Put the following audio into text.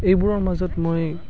এইবোৰৰ মাজত মই